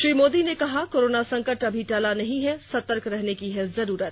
श्री मोदी ने कहा कोरोना संकट अभी टला नहीं है सतर्क रहने की है जरूरत